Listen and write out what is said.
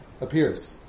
appears